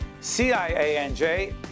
CIANJ